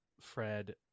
Fred